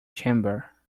chamber